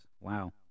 Wow